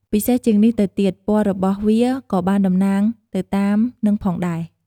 ពិសេសជាងនេះទៅទៀត ពណ៌របស់វាក៏បានតំណាងទៅតាមនឹងផងដែរ។